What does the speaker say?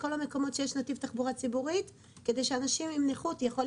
בכל המקומות שיש נתיב תחבורה ציבורית כדי שאנשים עם נכות יידעו.